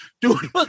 dude